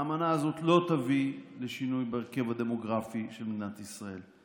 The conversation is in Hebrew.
האמנה הזאת לא תביא לשינוי בהרכב הדמוגרפי של מדינת ישראל.